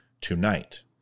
tonight